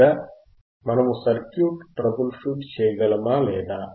లేదా మనము circuit troubleshoot చేయగలమా లేదా